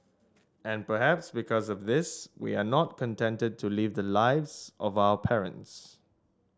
and perhaps because of this we are not contented to lead the lives of our parents